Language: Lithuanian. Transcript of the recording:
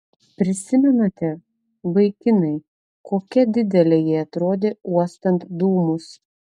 prisimenate vaikinai kokia didelė ji atrodė uostant dūmus